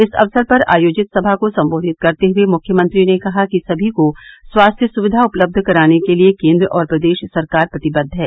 इस अक्सर पर आयोजित सभा को सम्बोधित करते हये मुख्यमंत्री ने कहा कि सभी को स्वास्थ्य सुविधा उपलब्ध कराने के लिये केन्द्र और प्रदेश सरकार प्रतिबद्व है